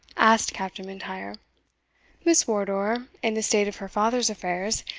asked captain m'intyre miss wardour, in the state of her father's affairs,